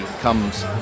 comes